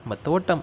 நம்ம தோட்டம்